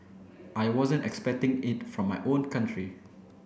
I wasn't expecting it from my own country